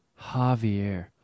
Javier